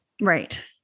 Right